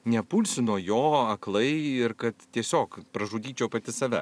nepulsiu nuo jo aklai ir kad tiesiog pražudyčiau pati save